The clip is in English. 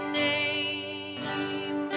name